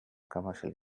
commercially